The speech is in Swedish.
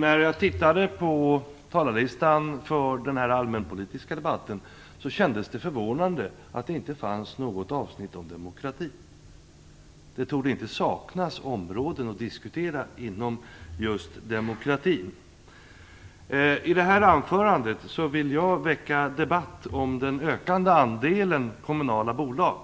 När jag tittade på talarlistan för den här allmänpolitiska debatten kändes det förvånande att det inte fanns något avsnitt om demokrati. Det torde inte saknas områden att diskutera vad gäller just demokrati. I detta anförande vill jag väcka debatt om den ökande andelen kommunala bolag.